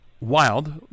Wild